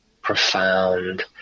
profound